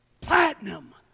Platinum